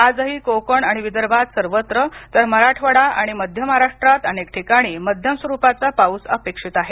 आजही कोकण आणि विदर्भात सर्वत्र तर मराठवाडा आणि मध्य महाराष्ट्रात अनेक ठिकाणी मध्यम स्वरुपाचा पाऊस अपेक्षित आहे